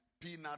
peanut